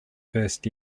first